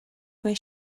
where